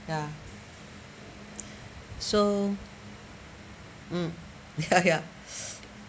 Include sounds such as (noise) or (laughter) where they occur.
ya so mm ya (laughs) ya